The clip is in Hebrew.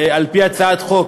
על-פי הצעת חוק,